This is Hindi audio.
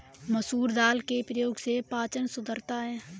मसूर दाल के प्रयोग से पाचन सुधरता है